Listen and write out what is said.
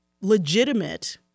legitimate